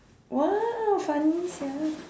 !wow! funny sia